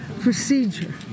procedure